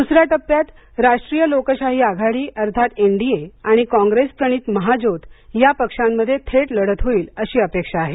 द्सर्या टप्प्यात राष्ट्रीयलोकशाही आघाडी अर्थात एन डी ए आणि कॉंग्रेस प्रणीत महाजोथ या पक्षांमध्ये थेट लढत होईल अशी अपेक्षा आहे